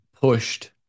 pushed